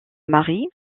marie